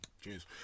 Cheers